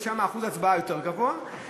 למה שם אחוז ההצבעה יותר גבוה,